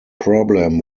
problem